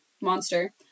monster